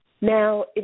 Now